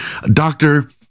Doctor